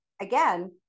again